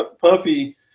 puffy